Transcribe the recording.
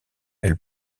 elle